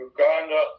Uganda